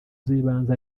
z’ibanze